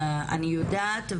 אני יודעת,